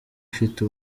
ifite